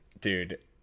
dude